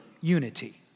unity